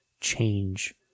change